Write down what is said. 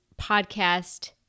podcast